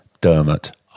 Dermot